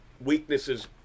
weaknesses